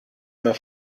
mehr